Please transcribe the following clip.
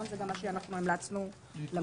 זה גם מה שאנחנו המלצנו לוועדה,